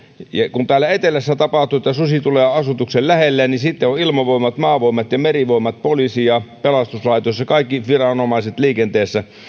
kun täällä etelässä tapahtuu niin että susi tulee asutuksen lähelle sitten on ilmavoimat maavoimat ja merivoimat poliisi ja pelastuslaitos ja kaikki viranomaiset liikenteessä